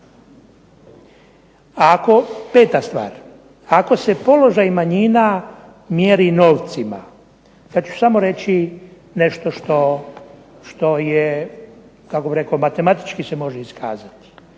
Peta stvar, ako se položaj manjina mjeri novcima, ja ću samo reći nešto što je matematički se može iskazati.